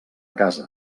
casa